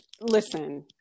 listen